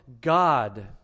God